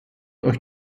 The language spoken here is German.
euch